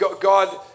God